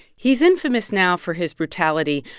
he's infamous now for his brutality,